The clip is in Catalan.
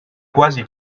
quasi